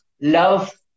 love